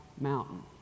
mountain